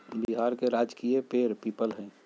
बिहार के राजकीय पेड़ पीपल हई